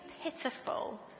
pitiful